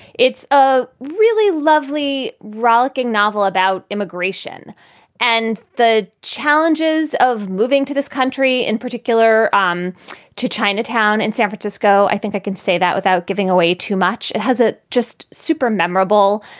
it's a really lovely, rollicking novel about immigration and the challenges of moving to this country, in particular um to chinatown and san francisco. i think i can say that without giving away too much. has it just super memorable?